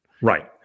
Right